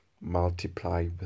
multiply